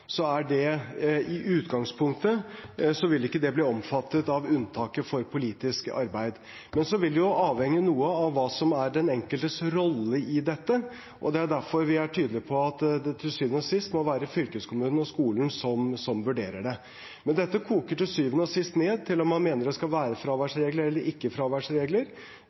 det i utgangspunktet ikke bli omfattet av unntaket for politisk arbeid. Det vil jo avhenge noe av hva som er den enkeltes rolle i dette, og det er derfor vi er tydelig på at det til syvende og sist må være fylkeskommunen og skolen som vurderer det. Men dette koker til syvende og sist ned til om man mener det skal være fraværsregler eller ikke fraværsregler,